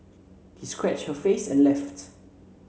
he scratched her face and left